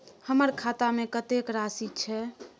हमर खाता में कतेक राशि छै?